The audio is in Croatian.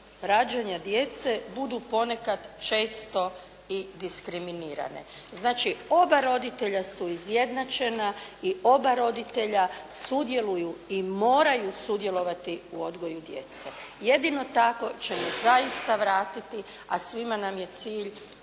rađanja djece budu ponekad često i diskriminirane. Znači oba roditelja su izjednačena i oba roditelja sudjeluju i moraju sudjelovati u odgoju djece. Jedino tako ćemo zaista vratiti a svima nam je cilj